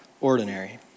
ordinary